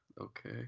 Okay